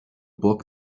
book